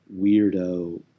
weirdo